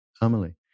Amelie